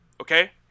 okay